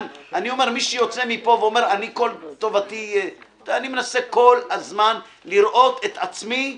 מי שיוצא מפה אני מנסה כל הזמן לראות את עצמי מאזן.